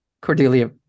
Cordelia